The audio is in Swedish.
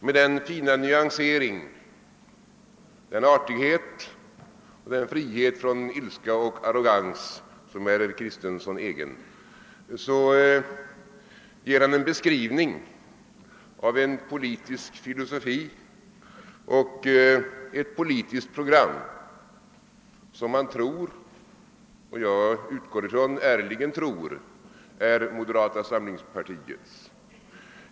Med den fina nyansering, den artighet och den frihet från ilska och arrogans som är herr Kristenson egen ger han en beskrivning av en politisk filosofi och ett politiskt program som han tror — jag utgår från att han ärligen tror det — är moderata samlingspar tiets.